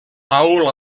paul